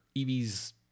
Evie's